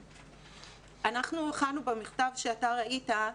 אנחנו הכנו במכתב שאתה ראית,